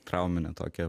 trauminę tokią